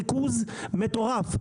מריכוז מטורף: